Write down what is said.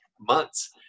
months